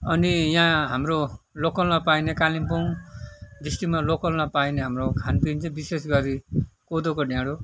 अनि यहाँ हाम्रो लोकलमा पाइने कालिम्पोङ डिस्ट्रिक्टमा लोकलमा पाइने हाम्रो खानपिन चाहिँ विशेष गरी कोदोको ढेँडो